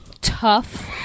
tough